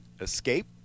escape